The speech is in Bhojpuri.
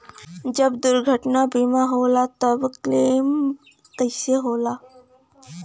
जब दुर्घटना बीमा होला त क्लेम कईसे होला?